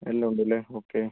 എല്ലാം ഉണ്ട് ലെ ഓക്കെ